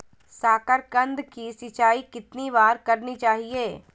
साकारकंद की सिंचाई कितनी बार करनी चाहिए?